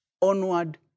Onward